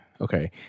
okay